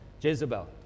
Jezebel